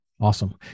Awesome